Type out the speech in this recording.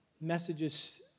messages